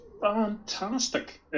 fantastic